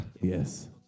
Yes